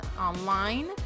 online